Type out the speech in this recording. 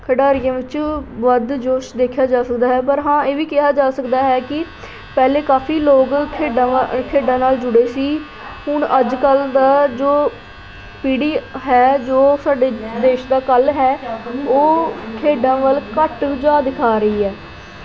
ਖਿਡਾਰੀਆਂ ਵਿੱਚੋਂ ਵੱਧ ਜੋਸ਼ ਦੇਖਿਆ ਜਾ ਸਕਦਾ ਹੈ ਪਰ ਹਾਂ ਇਹ ਵੀ ਕਿਹਾ ਜਾ ਸਕਦਾ ਹੈ ਕਿ ਪਹਿਲਾਂ ਕਾਫੀ ਲੋਕ ਖੇਡਾਂ ਖੇਡਾਂ ਨਾਲ ਜੁੜੇ ਸੀ ਹੁਣ ਅੱਜ ਕੱਲ੍ਹ ਦੀ ਜੋ ਪੀੜ੍ਹੀ ਹੈ ਜੋ ਸਾਡੇ ਦੇਸ਼ ਦਾ ਕੱਲ੍ਹ ਹੈ ਉਹ ਖੇਡਾਂ ਵੱਲ ਘੱਟ ਰੁਝਾਅ ਦਿਖਾ ਰਹੀ ਹੈ